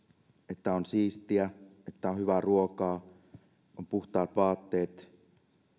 että on siistiä että on hyvää ruokaa on puhtaat vaatteet